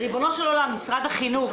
משרד החינוך,